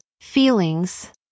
feelings